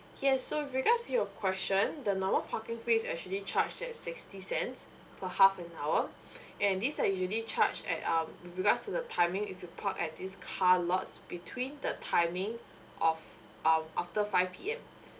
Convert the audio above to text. yes so with regards to your question the normal parking fees actually charge at sixty cents per half an hour and these are usually charge at um with regards to the timing if you park at this car lots between the timing of uh after five P_M